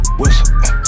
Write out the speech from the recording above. whistle